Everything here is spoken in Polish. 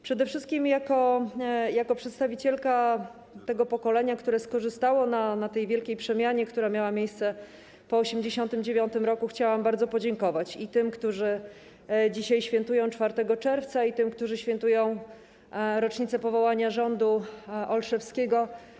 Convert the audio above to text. Przede wszystkim jako przedstawicielka tego pokolenia, które skorzystało na tej wielkiej przemianie, która miała miejsce po 1989 r., chciałam bardzo podziękować i tym, którzy dzisiaj świętują 4 czerwca, i tym, którzy świętują rocznicę powołania rządu Olszewskiego.